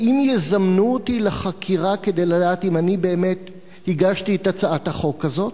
האם יזמנו אותי לחקירה כדי לדעת אם אני באמת הגשתי את הצעת החוק הזאת,